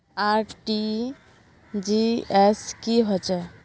RTGS की होचए?